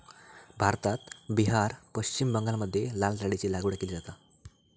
भारतात बिहार, पश्चिम बंगालमध्ये लाल डाळीची लागवड केली जाता